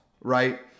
right